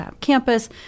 campus